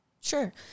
Sure